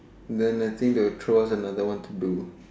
then the thing is choose another one to do